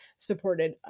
supported